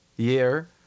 Year